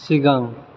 सिगां